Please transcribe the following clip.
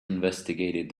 investigated